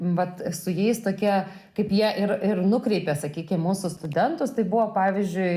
vat su jais tokie kaip jie ir ir nukreipė sakykim mūsų studentus tai buvo pavyzdžiui